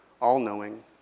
all-knowing